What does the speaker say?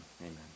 Amen